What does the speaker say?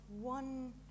one